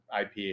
IP